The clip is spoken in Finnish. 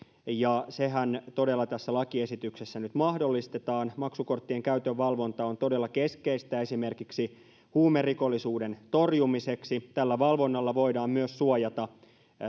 sehän todella tässä lakiesityksessä nyt mahdollistetaan maksukorttien käytön valvonta on todella keskeistä esimerkiksi huumerikollisuuden torjumiseksi tällä valvonnalla voidaan myös suojata